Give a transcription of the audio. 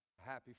happy